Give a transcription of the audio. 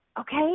Okay